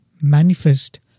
manifest